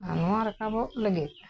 ᱟᱨ ᱱᱚᱣᱟ ᱨᱟᱠᱟᱵᱚᱜ ᱞᱟᱹᱜᱤᱫ